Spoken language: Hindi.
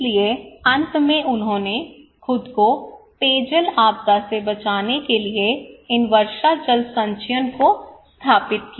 इसलिए अंत में उन्होंने खुद को पेयजल आपदा से बचाने के लिए इन वर्षा जल संचयन को स्थापित किया